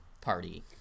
party